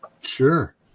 Sure